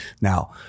Now